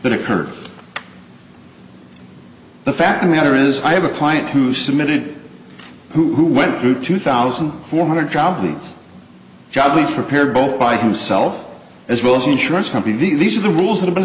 that occurred the fact of matter is i have a client who submitted who went through two thousand four hundred job leads job he's prepared both by himself as well as an insurance company these are the rules have been